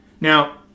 Now